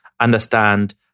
understand